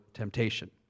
Temptation